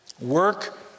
work